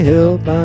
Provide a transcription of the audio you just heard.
Help